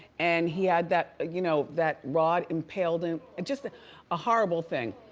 and he had that you know that rod impaled, um and just a horrible thing.